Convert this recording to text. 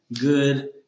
good